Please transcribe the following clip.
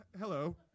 Hello